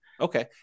Okay